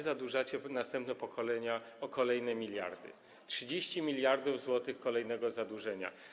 Zadłużacie następne pokolenia o kolejne miliardy - 30 mld zł kolejnego zadłużenia.